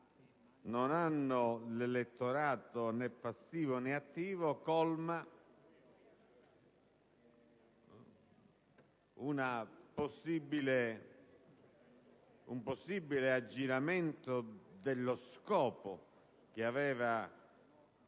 non hanno l'elettorato, né passivo, né attivo, colma un possibile aggiramento dello scopo che aveva